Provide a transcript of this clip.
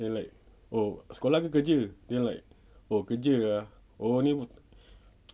then like oh sekolah ke kerja then like oh kerja ah oh ni